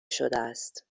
شدهاست